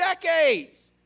decades